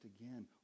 again